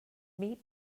meat